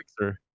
sir